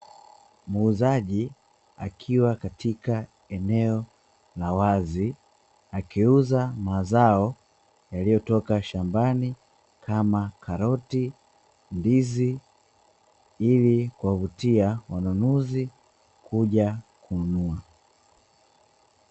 Muuzaji akiwa katika eneo la wazi akiuza mazao yaliyotoka shambani kama: karoti, ndizi, pilipili; kuwavutia wanunuzi kuja kununua.